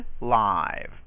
live